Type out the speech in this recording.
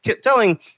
telling